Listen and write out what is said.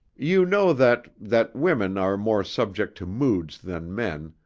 you know that that women are more subject to moods than men,